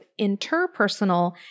interpersonal